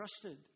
trusted